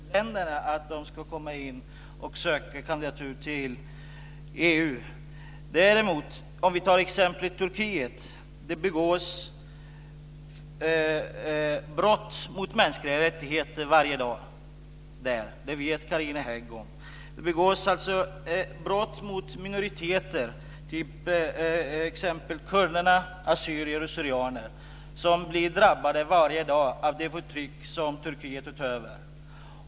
Fru talman! Vi har inte sagt nej till länder som vill anmäla sig som kandidater till EU. Låt mig däremot peka på exemplet Turkiet. Där begås brott mot mänskliga rättigheter varje dag. Det vet Carina Hägg om. Det begås brott mot minoriteter, t.ex. kurder och assyrier/syrianer, som varje dag drabbas av det förtryck som Turkiet utövar.